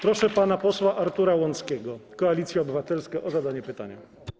Proszę pana posła Artura Łąckiego, Koalicja Obywatelska, o zadanie pytania.